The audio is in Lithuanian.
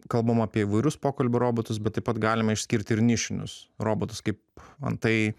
kalbam apie įvairius pokalbių robotus bet taip pat galima išskirti ir nišinius robotus kaip antai